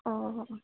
অ' অ'